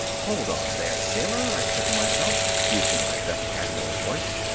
hold on there, sailor, i said to myself. using my best admiral's voice.